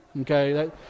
Okay